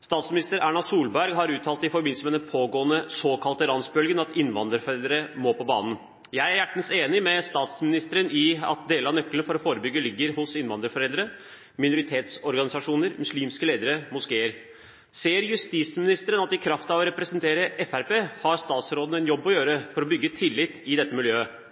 Statsminister Erna Solberg har uttalt i forbindelse med den pågående såkalte ransbølgen at innvandrerforeldre må på banen. Jeg er hjertens enig med statsministeren i at deler av nøkkelen for å forebygge ligger hos innvandrerforeldre, minoritetsorganisasjoner, muslimske ledere og moskeer. Ser justisministeren at han i kraft av å representere Fremskrittspartiet har en jobb å gjøre for å bygge tillit i dette miljøet?